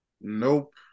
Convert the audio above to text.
Nope